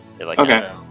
Okay